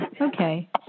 okay